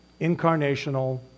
incarnational